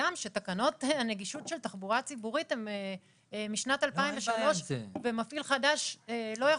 תקנות הנגישות של תחבורה ציבורית הן משנת 2003 ומפעיל חדש לא יכול.